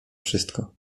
wszystko